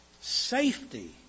safety